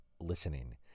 listening